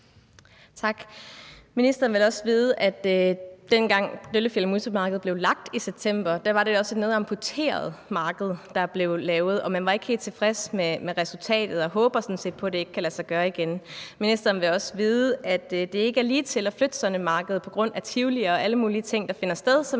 Ministeren vil også vide, at dengang Døllefjelde-Musse Marked blev lagt i september, var det også et noget amputeret marked, der blev lavet, og man var ikke helt tilfreds med resultatet; man håber sådan set på, det ikke igen skal ske. Ministeren vil også vide, at det ikke er ligetil at flytte sådan et marked på grund af tivoli og alle mulige ting, der finder sted, som